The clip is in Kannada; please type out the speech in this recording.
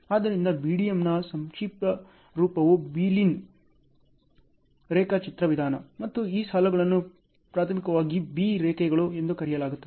ಆದ್ದರಿಂದ BDM ನ ಸಂಕ್ಷಿಪ್ತ ರೂಪವು ಬೀಲೈನ್ ರೇಖಾಚಿತ್ರ ವಿಧಾನ ಮತ್ತು ಈ ಸಾಲುಗಳನ್ನು ಪ್ರಾಥಮಿಕವಾಗಿ ಬೀ ರೇಖೆಗಳು ಎಂದು ಕರೆಯಲಾಗುತ್ತದೆ